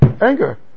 anger